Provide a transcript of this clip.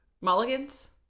Mulligans